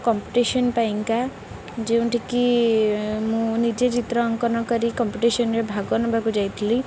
competition ପାଇଁକା ଯେଉଁଠିକି ମୁଁ ନିଜେ ଚିତ୍ର ଅଙ୍କନ କରି କମ୍ପିଟିସନରେ ଭାଗ ନେବାକୁ ଯାଇଥିଲି